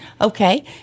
Okay